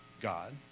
God